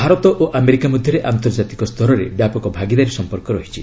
ଭାରତ ଓ ଆମେରିକା ମଧ୍ୟରେ ଆନ୍ତର୍ଜାତିକ ସ୍ତରରେ ବ୍ୟାପକ ଭାଗିଦାରୀ ସମ୍ପର୍କ ରହିଛି